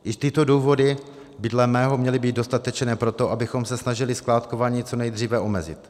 I tyto důvody by dle mého měly být dostatečné pro to, abychom se snažili skládkování co nejdříve omezit.